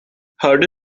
hörde